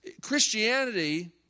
Christianity